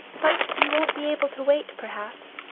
but you won't be able to wait, perhaps?